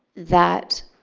that